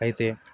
అయితే